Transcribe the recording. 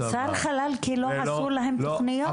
מודאגת, מודאגת.